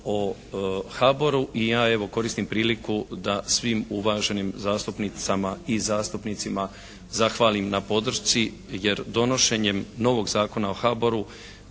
o HBOR-u i ja evo koristim priliku da svim uvaženim zastupnicama i zastupnicima zahvalim na podršci jer donošenjem novog Zakona o HBOR-u